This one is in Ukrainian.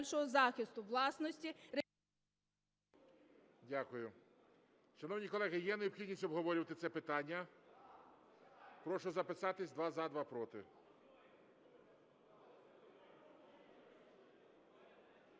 Дякую. Шановні колеги, є необхідність обговорювати це питання? Прошу записатись: два – за, два – проти.